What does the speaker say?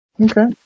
Okay